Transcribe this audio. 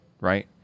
right